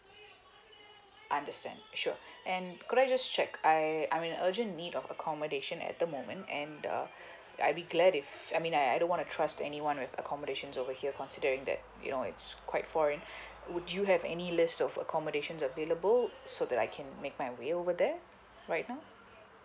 I understand sure and could I just check I I'm in urgent need of accommodation at the moment and uh I'll be glad if I mean I I don't want to trust anyone with accommodation over here considering that you know it's quite foreign would you have any list of accommodation available so that I can make my way over there right now